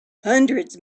hundreds